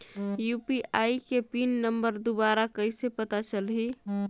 UPI के pin number दुबारा कइसे पता चलही?